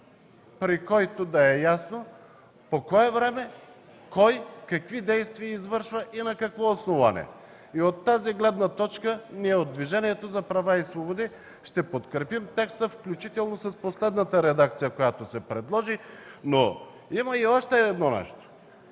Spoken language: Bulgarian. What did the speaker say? при който да е ясно по кое време, кой, какви действия извършва и на какво основание. От тази гледна точка ние от Движението за права и свободи ще подкрепим текста, включително с последната редакция, която се предложи. Има още нещо.